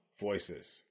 voices